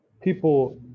people